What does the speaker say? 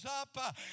up